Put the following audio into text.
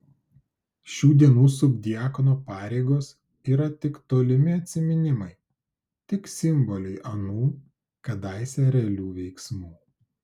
šių dienų subdiakono pareigos yra tik tolimi atsiminimai tik simboliai anų kadaise realių veiksmų